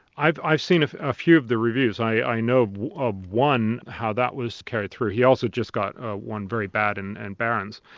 i've i've seen a ah few of the reviews. i know of one, how that was carried through. he also just got ah one very bad in and barron's,